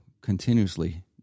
continuously